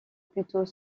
plutôt